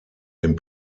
den